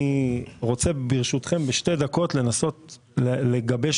אני רוצה ברשותכם בשתי דקות לנסות לגבש